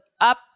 up